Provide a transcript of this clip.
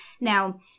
Now